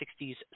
1960s